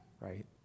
right